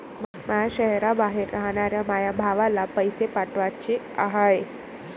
माया शैहराबाहेर रायनाऱ्या माया भावाला पैसे पाठवाचे हाय